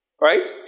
right